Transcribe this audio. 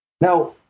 Now